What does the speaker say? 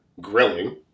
grilling